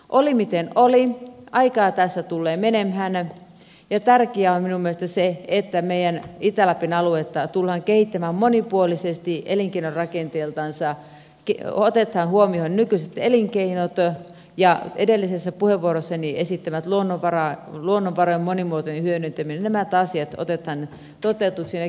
oli miten oli aikaa tässä tulee menemään ja tärkeää on minun mielestäni se että meidän itä lapin aluetta tullaan kehittämään monipuolisesti elinkeinorakenteeltansa otetaan huomioon nykyiset elinkeinot ja edellisessä puheenvuorossani esittämä luonnonvarojen monimuotoinen hyödyntäminen nämä asiat otetaan toteutukseen ja käyttöön heti